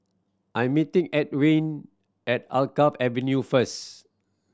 I'm meeting Antwain at Alkaff Avenue first